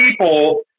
people